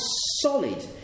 solid